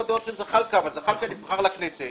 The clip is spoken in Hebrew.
בדעות של זחאלקה אבל זחאלקה נבחר לכנסת